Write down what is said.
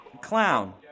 clown